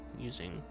using